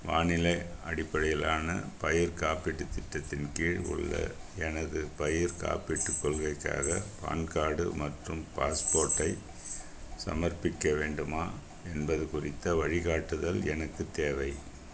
வானிலை அடிப்படையிலான பயிர் காப்பீட்டுத் திட்டத்தின் கீழ் உள்ள எனது பயிர்க் காப்பீட்டுக் கொள்கைக்காக பான் கார்டு மற்றும் பாஸ்போர்ட்டைச் சமர்ப்பிக்க வேண்டுமா என்பது குறித்த வழிகாட்டுதல் எனக்குத் தேவை